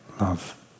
love